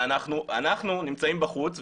אנחנו נמצאים בחוץ,